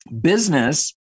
business